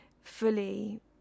fully